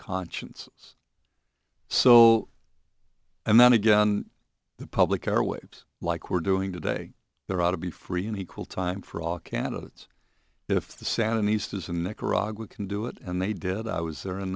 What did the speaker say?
conscience so and then again the public airwaves like we're doing today there ought to be free and equal time for all candidates if the sandinistas in their garage can do it and they did i was there in